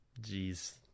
Jeez